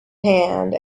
hand